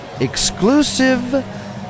exclusive